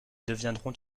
deviendront